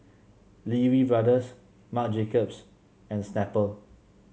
Lee Wee Brothers Marc Jacobs and Snapple